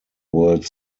world